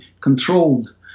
controlled